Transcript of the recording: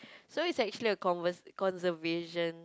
so it's actually a conver~ conservation